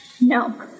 No